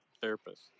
therapist